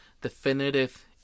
definitive